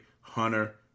Hunter